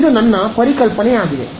ಆದ್ದರಿಂದ ಇದು ನನ್ನ ಪರಿಕಲ್ಪನೆಯಾಗಿದೆ